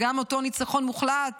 וגם אותו ניצחון מוחלט